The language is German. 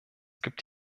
gibt